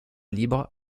libre